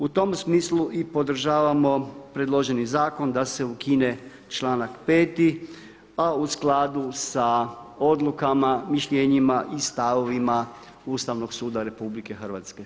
U tom smislu podržavamo predloženi zakon da se ukine članak 5. a u skladu sa odlukama, mišljenjima i stavovima Ustavnog suda RH.